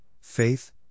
faith